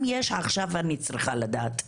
אם יש, עכשיו אני צריכה לדעת.